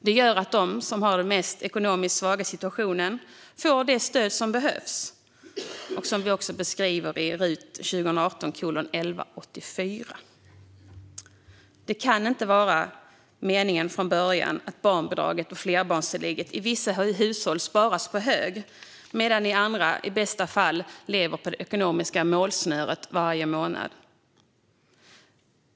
Det gör att de ekonomiskt svagaste får det stöd som behövs, som vi också beskriver i RUT 2018:1184. Det kan inte ha varit meningen från början att barnbidraget och flerbarnstillägget i vissa hushåll sparas på hög medan andra familjer i bästa fall lever på det ekonomiska målsnöret varje månad.